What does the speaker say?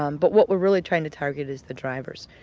um but what we're really trying to target is the drivers.